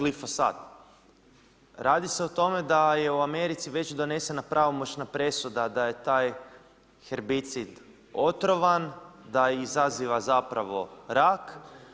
Radi se o tome da je u Americi već donesena pravomoćna presuda da je taj herbicid otrovan, da izaziva zapravo rak.